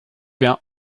bien